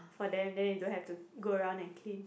for them then they don't have to go around and clean